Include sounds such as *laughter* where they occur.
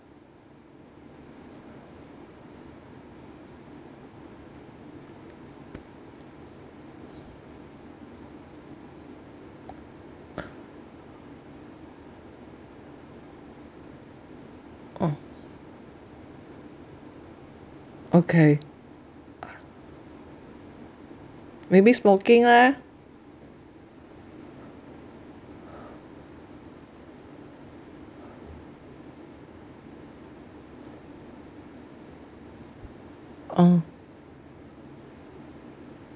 *noise* oh okay *noise* maybe smoking leh oh